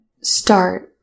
start